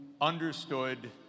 understood